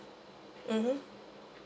mmhmm